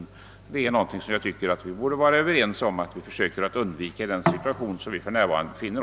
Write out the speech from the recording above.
Jag tycker att vi i den föreliggande situationen borde kunna vara Överens om att försöka undvika sådana belastningar.